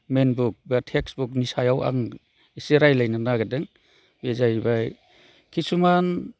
मैन book बा text बुकनि सायाव आं एसे रायज्लायनो नागिरदों बे जाहैबाय किसुमान